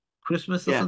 Christmas